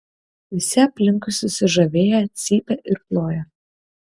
visi aplinkui susižavėję cypia ir ploja